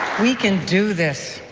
we can do this.